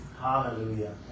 Hallelujah